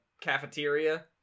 cafeteria